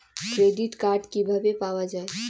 Credit card কিভাবে পাওয়া য়ায়?